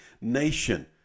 nation